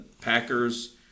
Packers